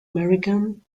american